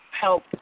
help